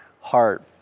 heart